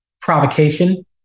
provocation